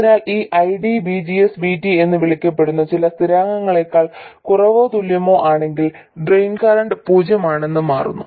അതിനാൽ ഈ ID VGS VT എന്ന് വിളിക്കപ്പെടുന്ന ചില സ്ഥിരാങ്കങ്ങളേക്കാൾ കുറവോ തുല്യമോ ആണെങ്കിൽ ഡ്രെയിൻ കറന്റ് പൂജ്യമാണെന്ന് മാറുന്നു